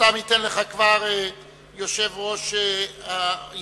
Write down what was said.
שאותן ייתן לך כבר יושב-ראש הישיבה,